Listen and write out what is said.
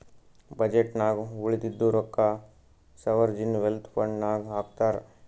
budget ನಾಗ್ ಉಳದಿದ್ದು ರೊಕ್ಕಾ ಸೋವರ್ಜೀನ್ ವೆಲ್ತ್ ಫಂಡ್ ನಾಗ್ ಹಾಕ್ತಾರ್